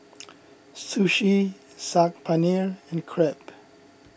Sushi Saag Paneer and Crepe